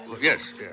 yes